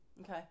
okay